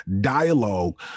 dialogue